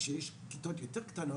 כשיש כיתות יותר קטנות,